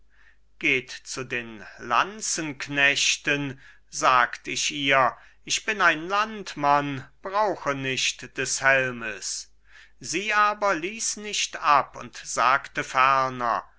geht zu den lanzenknechten sagt ich ihr ich bin ein landmann brauche nicht des helmes sie aber ließ nicht ab und sagte ferner